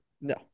No